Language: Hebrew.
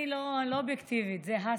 אני לא אובייקטיבית, זה השר.